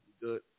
Good